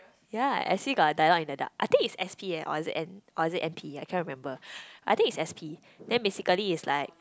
ya S_P got a dialogue in the dark I think it's S_P eh or is it N or is it N_P I can't remember I think is S_P then basically is like